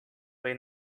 või